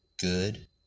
good